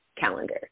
calendar